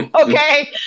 Okay